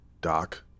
Doc